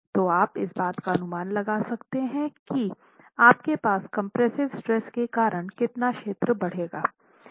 तो आप इस बात का अनुमान लगा सकते हैं कि आपके पास कंप्रेसिव स्ट्रेस के कारण कितना क्षेत्र बढ़ेगा